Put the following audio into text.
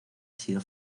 sido